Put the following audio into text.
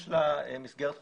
יש לה מסגרת חוקית,